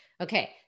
Okay